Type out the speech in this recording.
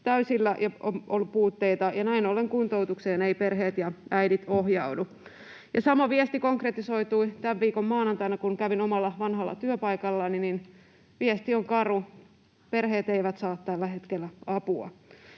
täysillä, ja on ollut puutteita, ja näin ollen kuntoutukseen eivät perheet ja äidit ohjaudu. Sama viesti konkretisoitui tämän viikon maanantaina, kun kävin omalla vanhalla työpaikallani. Viesti on karu: perheet eivät saa tällä hetkellä apua.